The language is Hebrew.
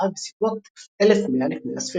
בסביבות 1,100 לפנה"ס.